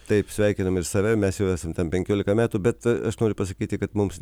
taip sveikinam ir save mes jau esam ten penkiolika metų bet aš noriu pasakyti kad mums